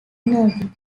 navy